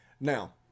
Now